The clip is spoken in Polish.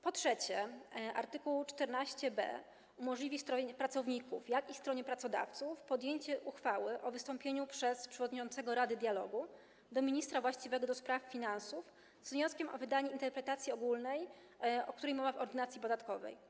Po trzecie, art. 14b umożliwi zarówno stronie pracowników, jak i stronie pracodawców podjęcie uchwały o wystąpieniu przez przewodniczącego rady dialogu do ministra właściwego do spraw finansów z wnioskiem o wydanie interpretacji ogólnej, o której mowa w Ordynacji podatkowej.